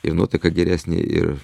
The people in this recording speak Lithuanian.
ir nuotaika geresnė ir